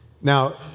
Now